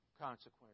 consequence